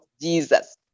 Jesus